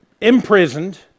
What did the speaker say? imprisoned